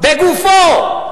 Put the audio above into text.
בגופו.